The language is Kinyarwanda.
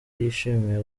yishimiye